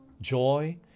joy